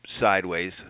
sideways